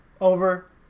over